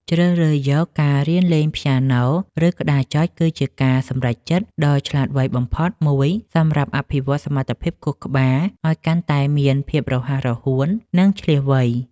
ជ្រើសរើសយកការរៀនលេងព្យ៉ាណូ ឬក្តារចុចគឺជាការសម្រេចចិត្តដ៏ឆ្លាតវៃបំផុតមួយសម្រាប់អភិវឌ្ឍសមត្ថភាពខួរក្បាលឱ្យកាន់តែមានភាពរហ័សរហួន និងឈ្លាសវៃ។